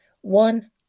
One